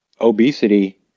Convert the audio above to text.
obesity